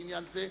על עניין זה,